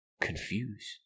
confused